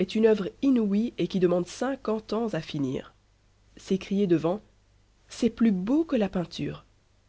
est une oeuvre inouïe et qui demande cinquante ans à finir s'écrier devant c'est plus beau que la peinture